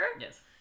Yes